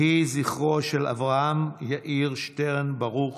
יהי זכרו של אברהם יאיר שטרן ברוך